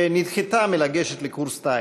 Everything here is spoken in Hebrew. שנדחתה בקשתה לגשת לקורס טיס.